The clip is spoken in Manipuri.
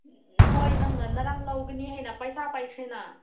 ꯍꯣꯏ ꯅꯪꯅ ꯉꯔꯥꯡ ꯂꯧꯒꯅꯤ ꯍꯥꯏꯅ ꯄꯩꯁꯥ ꯄꯥꯏꯈ꯭ꯔꯦꯗꯅ